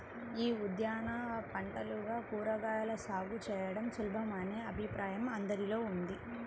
యీ ఉద్యాన పంటలుగా కూరగాయల సాగు చేయడం సులభమనే అభిప్రాయం అందరిలో ఉంది